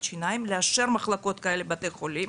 שיניים לאשר מחלקות כאלה בבתי חולים.